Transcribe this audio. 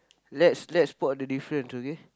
let's let's spot the difference okay